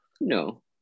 No